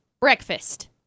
breakfast